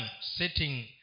sitting